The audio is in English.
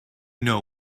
know